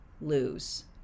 lose